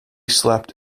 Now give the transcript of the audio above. slept